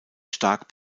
stark